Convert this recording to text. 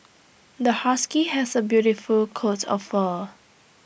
the husky has A beautiful coat of fur